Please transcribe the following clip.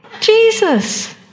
Jesus